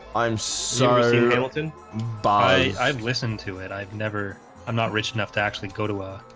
i'm sorry bye i've listened to it. i've never i'm not rich enough to actually go to ah,